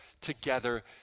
together